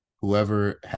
whoever